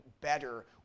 better